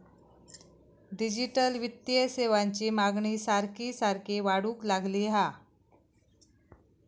digital वित्तीय सेवांची मागणी सारखी सारखी वाढूक लागली हा